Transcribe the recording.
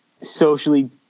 socially